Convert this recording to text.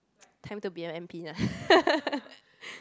time to be a m_p lah